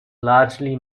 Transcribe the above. largely